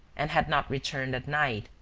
and had not returned at night.